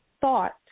thought